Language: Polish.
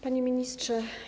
Panie Ministrze!